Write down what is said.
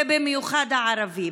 ובמיוחד הערבים.